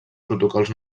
protocols